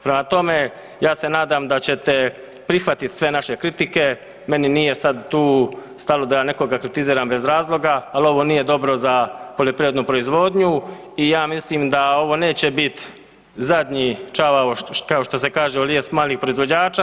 Prema tome, ja se nadam da ćete prihvatit sve naše kritike, meni nije sad tu stalo da ja nekoga kritiziram bez razloga, al ovo nije dobro za poljoprivrednu proizvodnju i ja mislim da ovo neće bit zadnji čavao kao što se kaže u lijes malih potrošača.